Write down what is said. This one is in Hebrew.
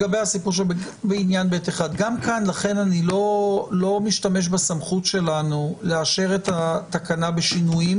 בעניין ב1 אני לא משתמש בסמכות שלנו לאשר את התקנה בשינויים